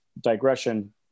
digression